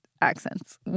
accents